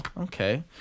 okay